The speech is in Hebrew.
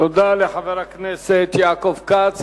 תודה לחבר הכנסת יעקב כץ.